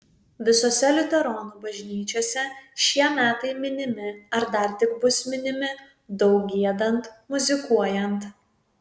visose liuteronų bažnyčiose šie metai minimi ar dar tik bus minimi daug giedant muzikuojant